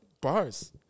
bars